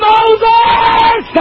Moses